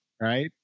right